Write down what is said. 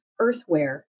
Earthware